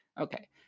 Okay